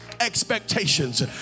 expectations